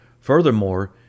Furthermore